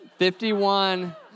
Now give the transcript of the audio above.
51